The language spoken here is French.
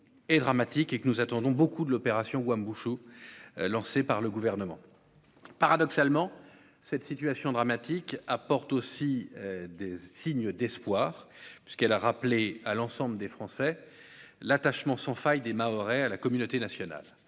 étranger. Nous attendons beaucoup de l'opération Wuambushu lancée par le Gouvernement. Paradoxalement, cette situation dramatique apporte aussi des signes d'espoir, puisqu'elle a rappelé à l'ensemble des Français l'attachement sans faille des Mahorais à la communauté nationale.